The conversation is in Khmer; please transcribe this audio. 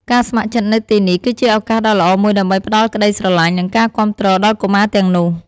ការស្ម័គ្រចិត្តនៅទីនេះ គឺជាឱកាសដ៏ល្អមួយដើម្បីផ្ដល់ក្ដីស្រឡាញ់ និងការគាំទ្រដល់កុមារទាំងនោះ។